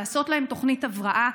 לעשות להם תוכנית הבראה,